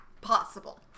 possible